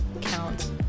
count